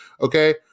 okay